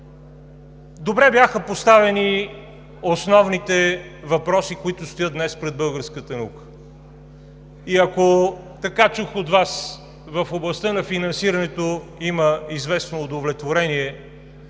Добре бяха поставени основните въпроси, които стоят днес пред българската наука. И ако, така чух от Вас, в областта на финансирането има известно удовлетворение